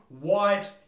white